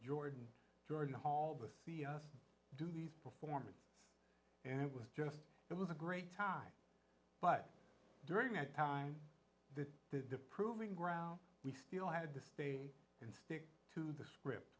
jordan jordan hall to see these performance and it was just it was a great time but during that time the proving ground we still had to stay and stick to the script